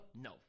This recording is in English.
no